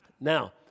now